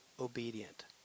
obedient